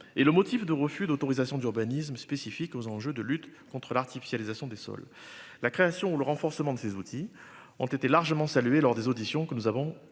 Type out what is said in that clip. et le motif de refus d'autorisation d'urbanisme spécifique aux enjeux de lutte contre l'artificialisation des sols. La création ou le renforcement de ces outils ont été largement saluées lors des auditions que nous avons